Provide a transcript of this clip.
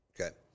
Okay